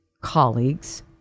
colleagues